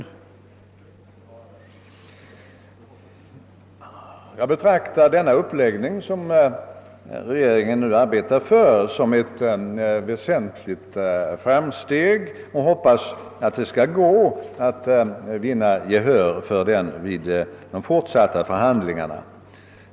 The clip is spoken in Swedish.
Jag betraktar denna uppläggning som regeringen nu arbetar för såsom ett väsentligt framsteg och hoppas att det skall vara möjligt att vinna gehör för den vid de forsatta förhandlingarna.